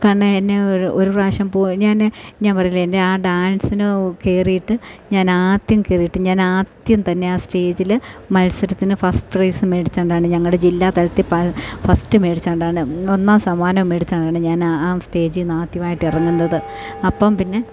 കാരണം എന്നെ ഒരു ഒരു പ്രാവശ്യം ഞാൻ ഞാൻ പറഞ്ഞില്ലേ എൻ്റെ ആ ഡാൻസിന് കയറിയിട്ട് ഞാൻ ആദ്യം കയറിയിട്ട് ഞാൻ ആദ്യത്തെ തന്നെ ആ സ്റ്റേജിൽ മത്സരത്തിന് ഫസ്റ്റ് പ്രൈസ് മേടിച്ചതുകൊണ്ടാണ് ഞങ്ങളുടെ ജില്ലാ തലത്തിൽ ഫസ്റ്റ് മേടിച്ചതുകൊണ്ടാണ് ഒന്നാം സമ്മാനം മേടിച്ചാണ് ഞാൻ ആ സ്റ്റേജിൽ നിന്ന് ആദ്യമായിട്ട് ഇറങ്ങുന്നത് അപ്പം പിന്നെ